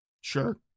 Sure